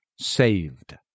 saved